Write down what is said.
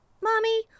Mommy